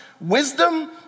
wisdom